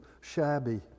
shabby